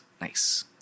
Nice